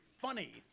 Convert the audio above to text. funny